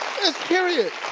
period.